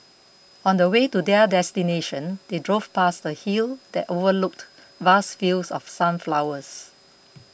on the way to their destination they drove past a hill that overlooked vast fields of sunflowers